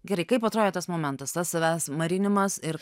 gerai kaip atrodė tas momentas tas savęs marinimas ir